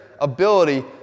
ability